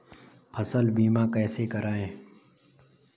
फसल बीमा कैसे कराएँ?